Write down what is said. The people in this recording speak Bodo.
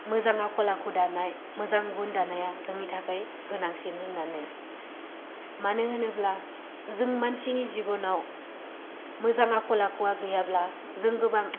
मोजां आखल आखु दानाय मोजां गुन दानाया जोंनि थाखाय गोनांसिन होननानै मानो होनोब्ला जों मानसिनि जिबनाव मोजां आखल आखुआ गैयाब्ला जों गोबां